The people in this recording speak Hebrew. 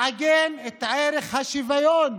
לעגן את ערך השוויון,